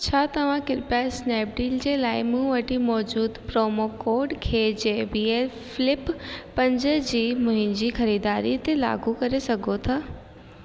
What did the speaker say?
छा तव्हां कृपया स्नैपडील जे लाइ मूं वटि मौजूदु प्रोमो कोड खे जेबीएल फ़्लिप पंज जी मुंहिंजी ख़रीदारी ते लागू करे सघो था